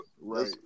Right